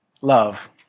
love